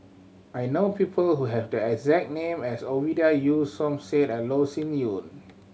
I know people who have the exact name as Ovidia Yu Som Said and Loh Sin Yun